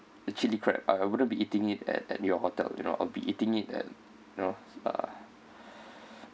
a chili crab I wouldn't be eating it at at your hotel you know I'll be eating it at you know uh